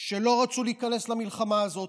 שלא רצו להיכנס למלחמה הזאת.